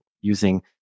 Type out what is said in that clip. using